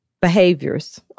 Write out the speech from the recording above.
behaviors